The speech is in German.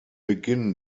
beginn